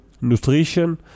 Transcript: nutrition